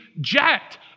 jacked